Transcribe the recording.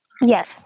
Yes